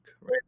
right